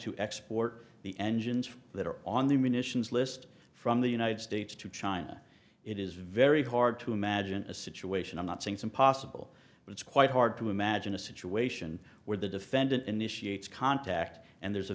to export the engines that are on the munitions list from the united states to china it is very hard to imagine a situation i'm not saying some possible but it's quite hard to imagine a situation where the defendant initiated contact and there's a